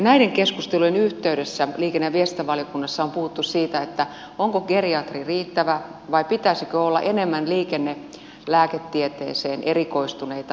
näiden keskustelujen yhteydessä liikenne ja viestintävaliokunnassa on puhuttu siitä onko geriatri riittävä vai pitäisikö olla enemmän liikennelääketieteeseen erikoistuneita lääkäreitä